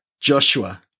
Joshua